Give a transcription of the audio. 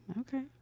Okay